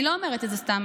אני לא אומרת את זה סתם.